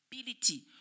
ability